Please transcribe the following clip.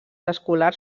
escolars